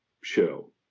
show